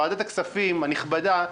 ועדת הכספים הנכבדה,